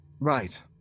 Right